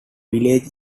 village